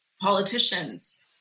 politicians